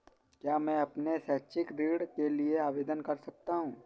क्या मैं अपने शैक्षिक ऋण के लिए आवेदन कर सकता हूँ?